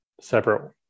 separate